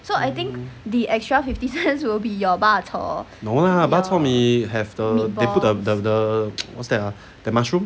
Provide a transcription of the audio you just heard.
mm no lah bak chor mee have the they put up the what's that ah that mushroom